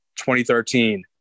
2013